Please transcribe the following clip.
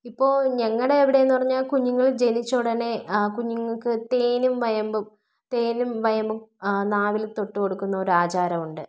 ഇപ്പോൾ ഞങ്ങളുടെ അവിടെയെന്ന് പറഞ്ഞാൽ കുഞ്ഞുങ്ങൾ ജനിച്ച ഉടനെ ആ കുഞ്ഞുങ്ങൾക്ക് തേനും വയമ്പും തേനും വയമ്പും നാവിൽ തൊട്ടു കൊടുക്കുന്ന ഒരു ആചാരമുണ്ട്